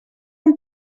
amb